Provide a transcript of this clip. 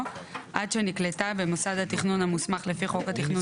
"עד שנקלטה במוסד התכנון המוסמך לפי חוק התכנון